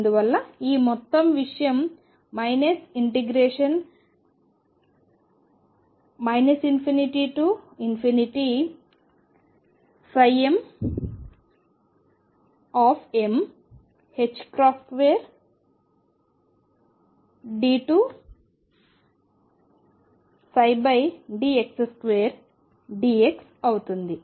అందువలన ఈ మొత్తం విషయం ∞mx 2d2dx2dx అవుతుంది